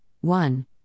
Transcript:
one